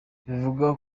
bivugwa